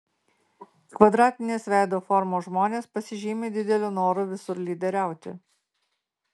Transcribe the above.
kvadratinės veido formos žmonės pasižymi dideliu noru visur lyderiauti